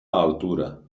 altura